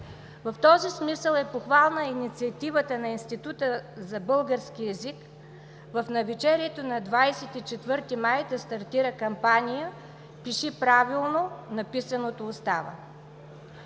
В този смисъл е похвална инициативата на Института за български език – в навечерието на 24 май да стартира кампания „Пиши правилно. Написаното остава!“.